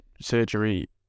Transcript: surgery